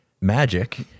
magic